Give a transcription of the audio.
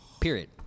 Period